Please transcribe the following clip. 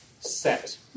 set